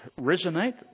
resonate